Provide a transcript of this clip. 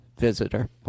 Visitor